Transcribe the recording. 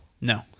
no